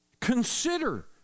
Consider